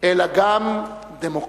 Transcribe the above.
אלא גם דמוקרטית.